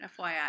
FYI